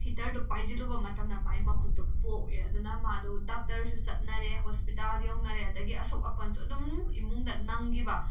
ꯍꯤꯇꯔꯗꯨ ꯄꯥꯏꯁꯤꯜꯂꯨꯕ ꯃꯇꯝꯗ ꯃꯥꯏ ꯃꯈꯨꯠꯇꯣ ꯄꯣꯛꯑꯦ ꯑꯗꯨꯅ ꯃꯥꯗꯣ ꯗꯣꯛꯇꯔꯗꯁꯨ ꯆꯠꯅꯔꯦ ꯍꯣꯁꯄꯤꯇꯥꯜ ꯌꯧꯅꯔꯦ ꯑꯗꯒꯤ ꯑꯁꯣꯛ ꯑꯄꯟꯁꯨ ꯑꯗꯨꯝ ꯏꯃꯨꯡꯗ ꯅꯪꯈꯤꯕ